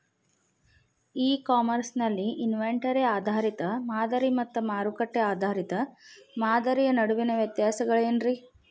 E commerce ನಲ್ಲಿ inventory ಆಧಾರಿತ ಮಾದರಿ ಮತ್ತ ಮಾರುಕಟ್ಟೆ ಆಧಾರಿತ ಮಾದರಿಯ ನಡುವಿನ ವ್ಯತ್ಯಾಸಗಳೇನ ರೇ?